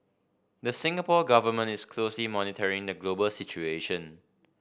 the Singapore Government is closely monitoring the global situation